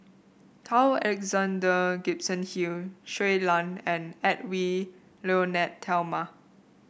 Carl Alexander Gibson Hill Shui Lan and Edwy Lyonet Talma